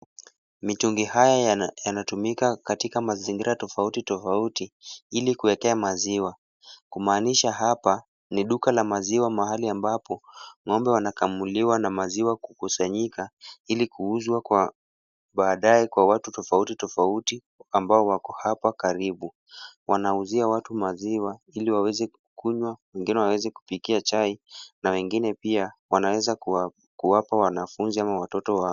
Mitungi haya yanatumika katika mazingira tofauti tofauti ili kuwekea maziwa. Kumaanisha hapa ni duka la maziwa mahali ambapo ng'ombe wanakamuliwa na maziwa kukusanyika ili kuuzwa kwa baadae kwa watu tofauti tofauti ambao wako hapa karibu. Wanauzia watu maziwa ili waweze kunywa, wengine waweze kupikia chai na wengine pia wanaweza kuwapa wanafunzi ama watoto wao.